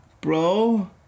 Bro